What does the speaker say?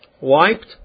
wiped